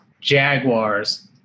Jaguars